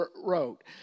wrote